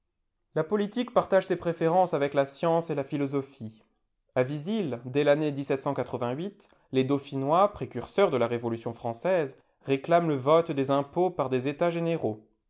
la politique partage ses préférences avec la science et la philosophie a vizille dès l'année les dauphinois précurseurs de la révolution française réclament le ote des impôts par des etats généraux